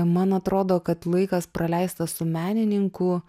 man atrodo kad laikas praleistas su menininku